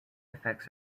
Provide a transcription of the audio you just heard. effects